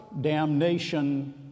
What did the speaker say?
damnation